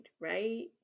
right